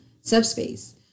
subspace